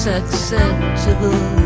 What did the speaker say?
acceptable